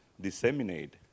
disseminate